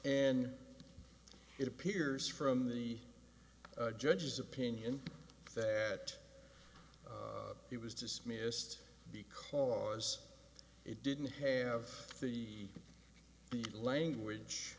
and it appears from the judge's opinion that he was dismissed because it didn't have the the language